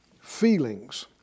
feelings